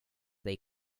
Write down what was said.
they